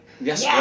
Yes